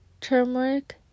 turmeric